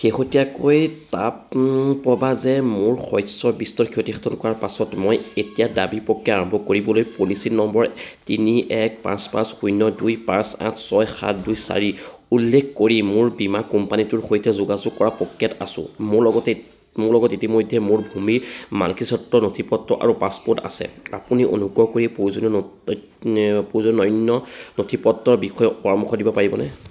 শেহতীয়াকৈ তাপ প্ৰবাহে মোৰ শস্যৰ বিস্তৰ ক্ষতি সাধন কৰাৰ পাছত মই এতিয়া দাবী প্ৰক্ৰিয়া আৰম্ভ কৰিবলৈ পলিচী নম্বৰ তিনি এক পাঁচ পাঁচ শূন্য দুই পাঁচ আঠ ছয় সাত দুই চাৰিৰ উল্লেখ কৰি মোৰ বীমা কোম্পানীটোৰ সৈতে যোগাযোগ কৰাৰ প্ৰক্ৰিয়াত আছোঁ মোৰ লগত এই মোৰ লগত ইতিমধ্যে মোৰ ভূমিৰ মালিকীস্বত্বৰ নথি পত্ৰ আৰু পাছপ'ৰ্ট আছে আপুনি অনুগ্ৰহ কৰি প্ৰয়োজনীয় অন্য নথিপত্ৰৰ বিষয়ে পৰামৰ্শ দিব পাৰিবনে